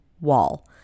wall